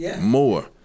more